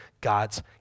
God's